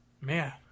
Man